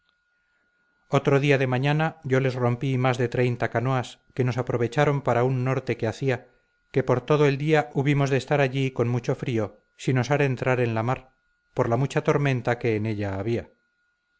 mañana yo les rompí más de treinta canoas que nos aprovecharon para un norte que hacía que por todo el día hubimos de estar allí con mucho frío sin osar entrar en la mar por la mucha tormenta que en ella había